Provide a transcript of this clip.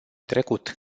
trecut